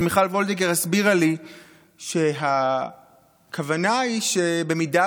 אז מיכל וולדיגר הסבירה לי שהכוונה היא שבמידה